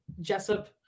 Jessup